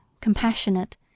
compassionate